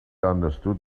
understood